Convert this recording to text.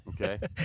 okay